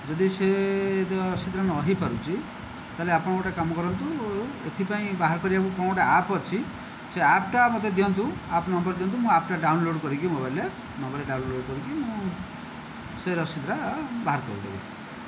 ଯଦି ସେ ରସିଦଟା ନ ହୋଇପାରୁଚି ତାହେଲେ ଆପଣ ଗୋଟିଏ କାମ କରନ୍ତୁ ଏଥିପାଇଁ ବାହାର କରିବାକୁ କ'ଣ ଗୋଟିଏ ଆପ୍ ଅଛି ସେ ଆପ୍ଟା ମତେ ଦିଅନ୍ତୁ ଆପ୍ ନମ୍ବର ଦିଅନ୍ତୁ ମୁଁ ଆପ୍ଟା ଡାଉନଲୋଡ଼ କରିକି ମୋବାଇଲରେ ନମ୍ବରରେ ଡାଉନଲୋଡ଼ କରିକି ମୁଁ ସେ ରସିଦଟା ବାହାର କରିଦେବି